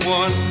one